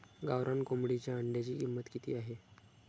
गावरान कोंबडीच्या अंड्याची किंमत किती आहे?